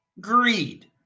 greed